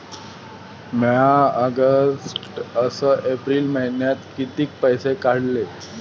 म्या ऑगस्ट अस एप्रिल मइन्यात कितीक पैसे काढले?